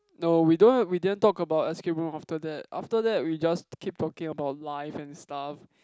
no we don't we didn't talk about escape room after that after that we just keep talking about life and stuff